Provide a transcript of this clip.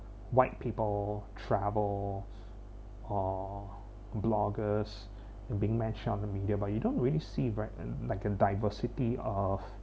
white people travel or bloggers and being mentioned on the media but you don't really see right like a diversity of